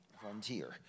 frontier